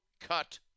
Cut